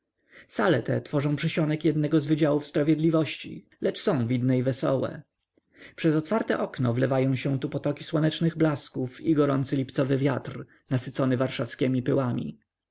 te tworzą przysionek jednego z wydziałów sprawiedliwości lecz są widne i wesołe przez otwarte okna wlewają się tu potoki słonecznych blasków i gorący lipcowy wiatr nasycony warszawskiemi pyłami